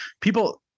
people